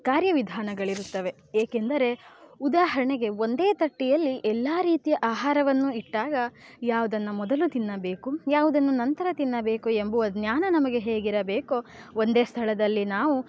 ಕಾರ್ಯವಿಧಾನಗಳಿರುತ್ತವೆ ಏಕೆಂದರೆ ಉದಾಹರಣೆಗೆ ಒಂದೇ ತಟ್ಟೆಯಲ್ಲಿ ಎಲ್ಲ ರೀತಿಯ ಆಹಾರವನ್ನು ಇಟ್ಟಾಗ ಯಾವುದನ್ನು ಮೊದಲು ತಿನ್ನಬೇಕು ಯಾವುದನ್ನು ನಂತರ ತಿನ್ನಬೇಕು ಎಂಬುವ ಜ್ಞಾನ ನಮಗೆ ಹೇಗಿರಬೇಕೋ ಒಂದೇ ಸ್ಥಳದಲ್ಲಿ ನಾವು